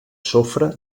sofre